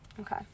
Okay